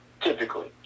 typically